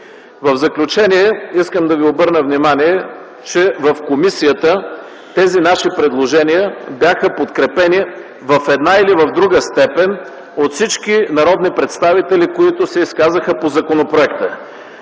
В заключение искам да ви обърна внимание, че в комисията тези наши предложения бяха подкрепени в една или в друга степен от всички народни представители, които се изказаха по законопроекта.